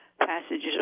passages